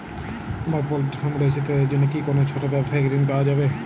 আমার poultry farm রয়েছে তো এর জন্য কি কোনো ছোটো ব্যাবসায়িক ঋণ পাওয়া যাবে?